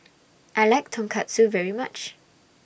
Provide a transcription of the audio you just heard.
I like Tonkatsu very much